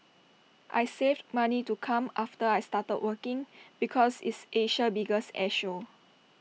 I saved money to come after I started working because it's Asia's biggest air show